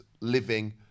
living